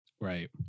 Right